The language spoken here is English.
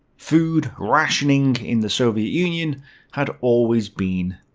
food rationing in the soviet union had always been,